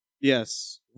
Yes